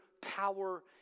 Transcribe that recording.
power